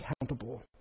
accountable